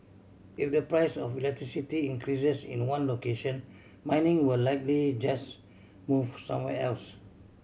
if the price of electricity increases in one location mining will likely just move somewhere else